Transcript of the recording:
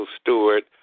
Stewart